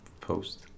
post